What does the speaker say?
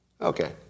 Okay